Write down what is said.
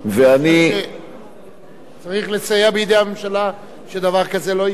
אני חושב שצריך לסייע בידי הממשלה שדבר כזה לא יקרה.